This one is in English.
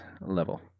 level